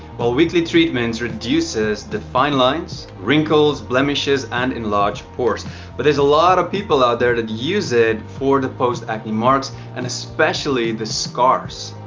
well, weekly treatments reduces the fine lines, wrinkles, blemishes and enlarged pores but there's a lot of people out there that use it for the post acne marks and especially the scars.